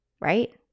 Right